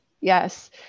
yes